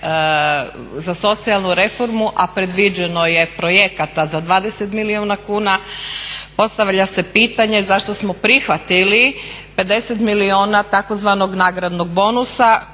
za socijalnu reformu, a predviđeno je projekata za 20 milijuna kuna, postavlja se pitanje zašto smo prihvatili 50 milijuna tzv. nagradnog bonusa